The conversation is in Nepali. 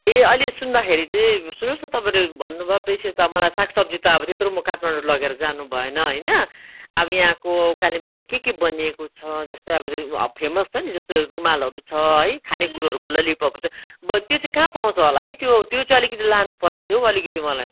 ए अहिले सुन्दाखेरि चाहिँ सुन्नुहोस् न तपाईँले भन्नुभयो प्रेसर त मलाई साग सब्जी त अब त्यत्रो म काठमाडौँ लगेर जानु भएन होइन अब यहाँको कालिम्पोङमा के के बनिएको छ जस्तै अब फेमस छ नि जस्तो रुमालहरू छ है खानेकुरोहरूको ललिपपहरू छ त्यो चाहिँ कहाँ पाउँछ होला है त्यो त्यो चाहिँ अलिकति लानुपर्ने थियो हौ अलिकति मलाई